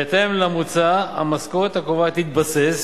בהתאם למוצע, המשכורת הקובעת תתבסס